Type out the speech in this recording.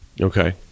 Okay